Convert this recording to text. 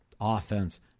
offense